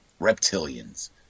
Reptilians